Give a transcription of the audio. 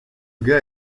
gars